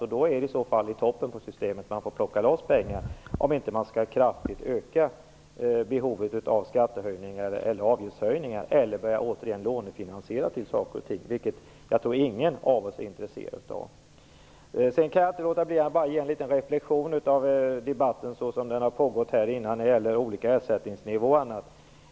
I så fall är det i toppen av systemet som man får plocka loss pengar om man inte kraftigt skall öka behovet av skattehöjningar eller avgiftshöjningar eller återigen börja lånefinansiera saker och ting. Det tror jag inte att någon av oss är intresserad av. Sedan kan jag inte låta bli att göra en reflexion över debatten så som den har pågått tidigare när det gäller de olika ersättningsnivåerna.